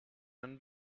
een